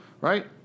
right